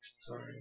sorry